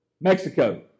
mexico